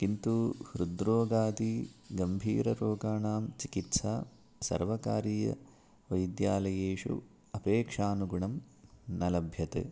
किन्तु हृद्रोगादिगम्भीररोगाणां चिकित्सा सर्वकारीयवैद्यालयेषु अपेक्षानुगुणं न लभ्यते